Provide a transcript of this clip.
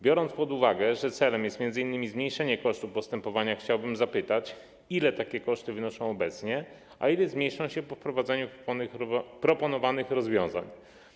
Biorąc pod uwagę, że celem jest m.in. zmniejszenie kosztów postępowania, chciałbym zapytać: Ile takie koszty wynoszą obecnie, a o ile zmniejszą się po wprowadzeniu proponowanych rozwiązań?